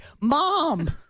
Mom